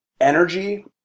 energy